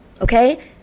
Okay